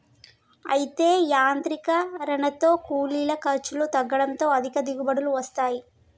అయితే యాంత్రీకరనతో కూలీల ఖర్చులు తగ్గడంతో అధిక దిగుబడులు వస్తాయి